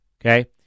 Okay